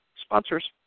sponsors